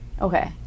Okay